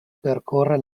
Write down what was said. percorre